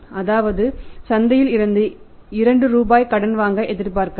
அதாவது சந்தையில் இருந்து 2 ரூபாய் கடன் வாங்க எதிர்பார்க்கலாம்